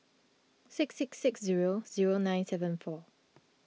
six six six zero zero nine seven four